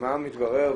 מה מתברר?